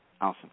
Awesome